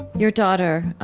your daughter, um,